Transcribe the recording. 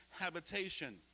habitation